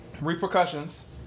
repercussions